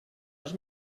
els